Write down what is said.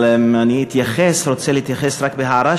אבל אני רוצה להתייחס רק בהערה,